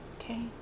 okay